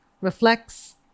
reflects